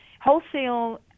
wholesale